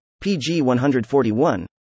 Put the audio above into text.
PG-141